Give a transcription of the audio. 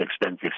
expensive